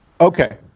Okay